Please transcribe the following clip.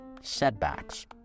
setbacks